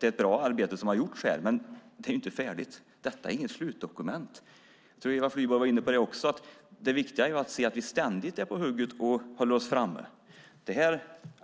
Ett bra arbete har gjorts här, men det är inte färdigt. Detta är inget slutdokument. Eva Flyborg var också inne på att det är viktigt att vi ständigt är på hugget och håller oss framme.